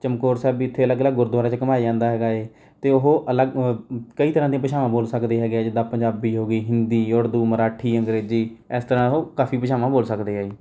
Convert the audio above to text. ਚਮਕੌਰ ਸਾਹਿਬ ਵੀ ਇੱਥੇ ਅਲੱਗ ਅਲੱਗ ਗੁਰਦੁਆਰਿਆਂ 'ਚ ਘੁੰਮਾਇਆ ਜਾਂਦਾ ਹੈਗਾ ਏ ਅਤੇ ਉਹ ਅਲੱਗ ਕਈ ਤਰ੍ਹਾਂ ਦੀਆਂ ਭਾਸ਼ਾਵਾਂ ਬੋਲ ਸਕਦੇ ਹੈਗੇ ਹੈ ਜਿੱਦਾਂ ਪੰਜਾਬੀ ਹੋ ਗਈ ਹਿੰਦੀ ਉੜਦੂ ਮਰਾਠੀ ਅੰਗਰੇਜ਼ੀ ਇਸ ਤਰ੍ਹਾਂ ਉਹ ਕਾਫ਼ੀ ਭਾਸ਼ਾਵਾਂ ਬੋਲ ਸਕਦੇ ਏ ਜੀ